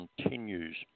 continues